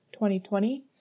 2020